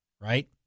Right